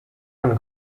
one